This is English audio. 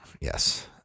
Yes